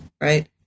right